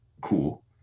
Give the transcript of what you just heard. cool